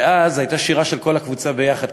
שאז הייתה שירה של כל הקבוצה ביחד.